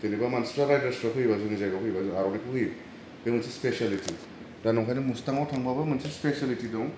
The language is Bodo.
जेनेबा मानसिफ्रा राइडार्सफ्रा फैयोबा जोंनि जायगायाव फैयोबा जों आर'नाइखौ होयो बे मोनसे स्पेसिलिटि दा नंखायनो मुसटाङाव थांबाबो मोनसे स्पेसिलिटि दं